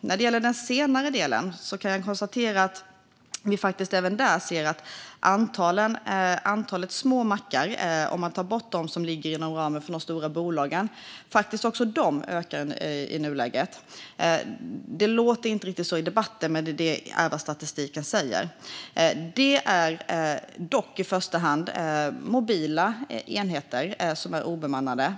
När det gäller den senare delen kan jag konstatera att vi faktiskt ser att antalet små mackar, om man tar bort dem som ligger inom ramen för de stora bolagen, i nuläget ökar. Det låter inte riktigt så i debatten, men det är vad statistiken säger. Det är dock i första hand mobila enheter, som är obemannade.